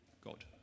God